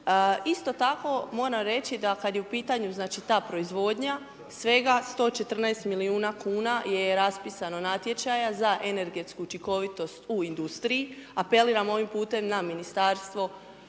Isto tako, moram reći da kad je u pitanju, znači, ta proizvodnja svega 114 milijuna kuna je raspisano natječaja za energetsku učinkovitost u industriji, apeliram ovim putem na ministarstvo